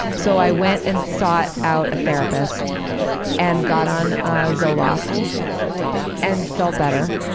so i went and sought out a therapist and got on ah zoloft and felt better.